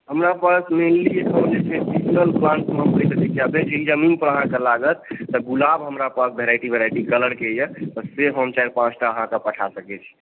हमरा पास मेनली जे छै जे जमीनपर अहाँकेँ लागत तऽ गुलाब हमरा पास भेरायटी भेरायटी कलरके यए से हम चारि पाँचटा अहाँकेँ पठा सकैत छी